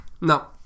No